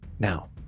Now